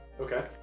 Okay